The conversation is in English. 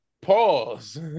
Pause